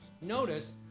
notice